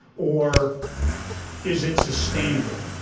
or is it sustainable?